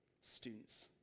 students